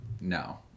no